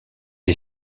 est